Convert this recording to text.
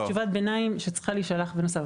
זאת תקופת ביניים בה צריכה להישלח תשובה.